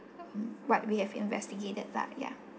what we have investigated lah ya